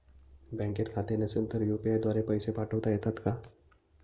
बँकेत खाते नसेल तर यू.पी.आय द्वारे पैसे पाठवता येतात का?